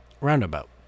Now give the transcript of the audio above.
roundabout